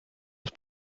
ist